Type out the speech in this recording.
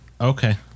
Okay